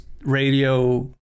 radio